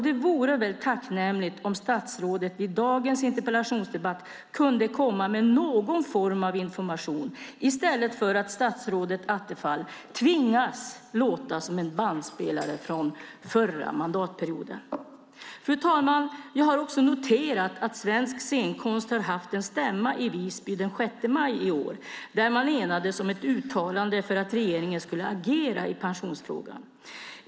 Det vore tacknämligt om statsrådet vid dagens interpellationsdebatt kunde komma med någon form av information i stället för att statsrådet Attefall tvingas låta som en bandspelare från förra mandatperioden. Fru talman! Svensk Scenkonst hade en stämma i Visby den 6 maj i år där man enades om ett uttalande för att regeringen skulle agera i pensionsfrågan.